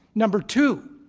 number two,